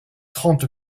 trente